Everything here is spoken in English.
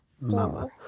Mama